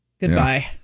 Goodbye